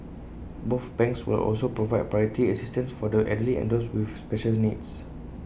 both banks will also provide priority assistance for the elderly and those with specials needs